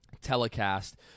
telecast